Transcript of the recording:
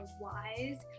wise